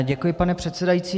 Děkuji, pane předsedající.